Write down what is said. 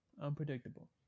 unpredictable